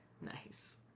Nice